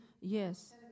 Yes